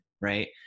right